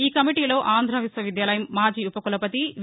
ఈ కమిటీలో ఆంధ్ర విశ్వవిద్యాలయం మాజీ ఉపకులపతి వి